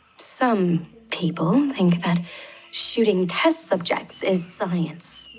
some people think that shooting test-subjects is science.